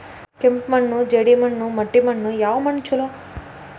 ಕೆಂಪು ಮಣ್ಣು, ಜೇಡಿ ಮಣ್ಣು, ಮಟ್ಟಿ ಮಣ್ಣ ಯಾವ ಮಣ್ಣ ಛಲೋ?